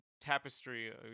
tapestry